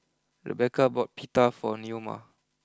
Rebecca bought Pita for Neoma